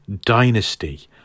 Dynasty